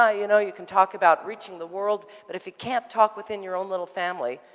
ah you know, you can talk about reaching the world, but if you can't talk within your own little family,